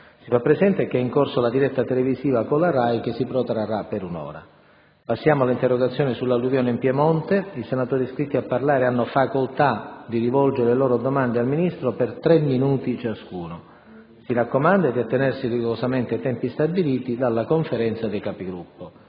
Si fa presente che è in corso la diretta televisiva della RAI che si protrarrà per un'ora. Passiamo dunque alle interrogazioni sull'emergenza alluvione in Piemonte; i senatori hanno facoltà di rivolgere le loro domande al Ministro per tre minuti ciascuno. Si raccomanda di attenersi rigorosamente ai tempi stabiliti dalla Conferenza dei Capigruppo.